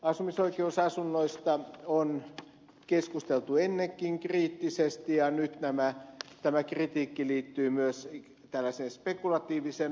asumisoikeusasunnoista on keskusteltu ennenkin kriittisesti ja nyt kritiikki liittyy myös tällaiseen spekulatiiviseen omistamiseen